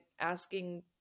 asking